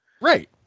Right